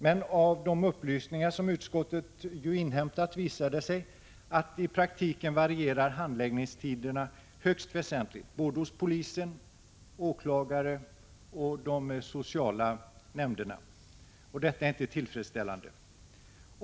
Men av de upplysningar som utskottet inhämtat visar det sig nu att handläggningstiden i praktiken varierar högst väsentligt, såväl hos polisen och åklagaren som vid de sociala nämnderna. Detta är inte tillfredsställande.